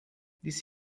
this